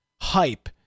hype